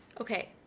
Okay